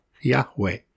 Yahweh